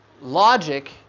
Logic